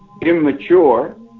immature